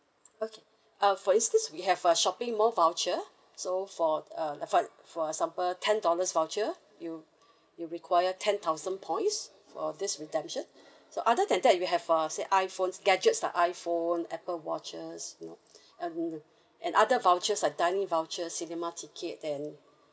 okay uh for instance we have a shopping mall voucher so for uh uh for for example ten dollars voucher you you'll require ten thousand points for this redemption so other than that we have uh say iPhones gadgets like iPhone apple watches you know and and other vouchers like dining vouchers cinema ticket and